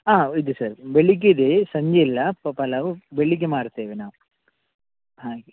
ಹಾಂ ಇದೆ ಸರ್ ಬೆಳಗ್ಗೆ ಇದೆ ಸಂಜೆ ಇಲ್ಲ ಪಲಾವು ಬೆಳಗ್ಗೆ ಮಾಡ್ತೇವೆ ನಾವು ಹಾಗೆ